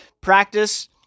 practice